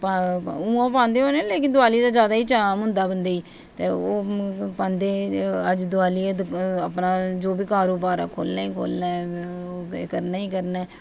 उ'यां पांदे होनें लेकिन दवाली दा जादा ई चाऽ होंदा बंदेई ते ओह् पांदे अज्ज दवाली ऐ अपना जो बी कारोबार खोलना ई खोलना ऐ कन्नै